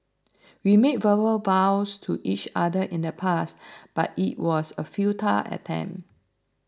we made verbal vows to each other in the past but it was a futile attempt